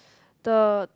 the